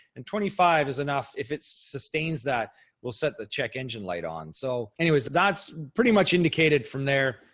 and twenty five is enough if it's sustains that will set the check engine light on. so, anyways, that's pretty much indicated from there.